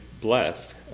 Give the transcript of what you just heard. blessed